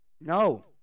No